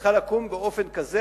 צריכה לקום באופן כזה,